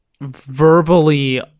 verbally